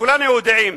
שכולנו יודעים,